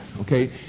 Okay